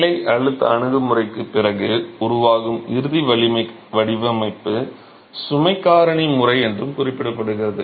வேலை அழுத்த அணுகுமுறைக்குப் பிறகு உருவாகும் இறுதி வலிமை வடிவமைப்பு சுமை காரணி முறை என்றும் குறிப்பிடப்படுகிறது